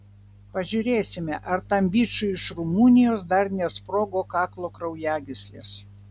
pažiūrėsime ar tam bičui iš rumunijos dar nesprogo kaklo kraujagyslės